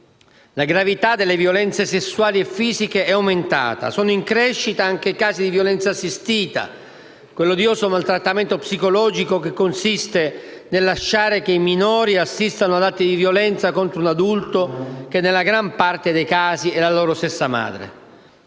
La gravità delle violenze sessuali e fisiche è aumentata. Sono in crescita anche i casi di violenza assistita, quell'odioso maltrattamento psicologico che consiste nel lasciare che minori assistano ad atti di violenza contro un adulto che, nella gran parte dei casi, è la loro stessa madre.